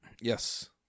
yes